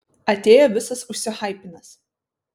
atėjo visas užsihaipinęs